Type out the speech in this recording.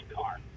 car